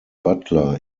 butler